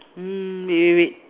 mm wait wait wait